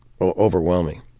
overwhelming